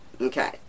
okay